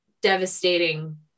devastating